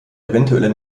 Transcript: eventuelle